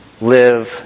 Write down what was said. live